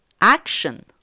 action